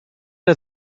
der